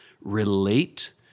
relate